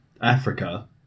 Africa